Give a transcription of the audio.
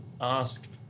ask